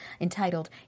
entitled